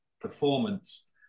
performance